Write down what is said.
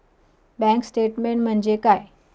Bank statement म्हणजे काय?